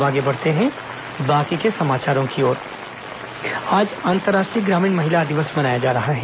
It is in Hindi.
अंतर्राष्ट्रीय ग्रामीण महिला दिवस आज अंतराष्ट्रीय ग्रामीण महिला दिवस मनाया जा रहा है